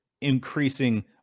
increasing